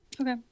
Okay